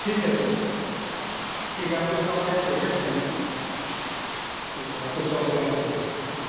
ठीक है सो ठीक है आपके शॉप पर आते हैं रखते हैं ठीक है ठीक है आपके शॉप पर आते हैं फिर बात करते हैं